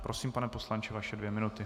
Prosím, pane poslanče, vaše dvě minuty.